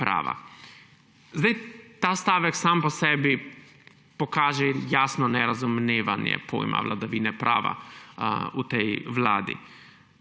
prava.« Ta stavek sam po sebi pokaže jasno nerazumevanje pojma vladavina prava v tej vladi.